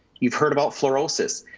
you've heard about fluorosis.